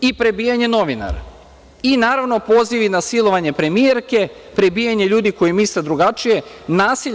i prebijanje novinara i, naravno, pozivi na silovanje premijerke, prebijanje ljudi koji misle drugačije, nasilje.